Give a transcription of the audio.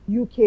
UK